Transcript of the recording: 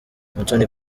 umutoni